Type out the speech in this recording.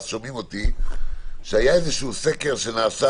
שומעים אותי שהיה איזשהו סקר שנעשה